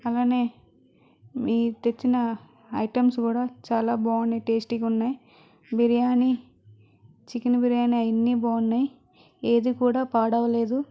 అలానే మీ తెచ్చిన ఐటమ్స్ కూడా చాలా బాగుంది టేస్టీ గా ఉన్నాయి బిర్యాని చికెన్ బిర్యాని అవన్ని బాగున్నాయి ఏది కూడా పాడవలేదు